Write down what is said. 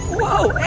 whoa.